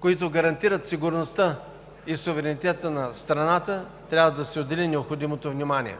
които гарантират сигурността и суверенитета на страната, трябва да се отдели необходимото внимание.